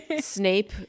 Snape